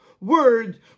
word